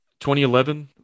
2011